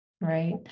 Right